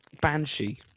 Banshee